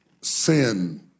sin